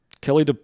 Kelly